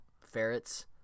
ferrets